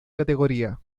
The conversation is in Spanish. categoría